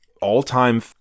all-time